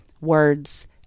Words